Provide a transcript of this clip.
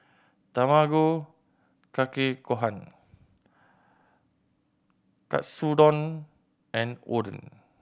Tamago Kake Gohan Katsudon and Oden